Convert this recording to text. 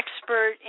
expert